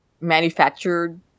manufactured